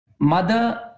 Mother